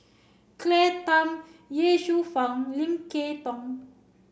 Claire Tham Ye Shufang Lim Kay Tong